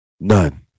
None